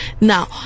Now